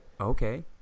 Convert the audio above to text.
Okay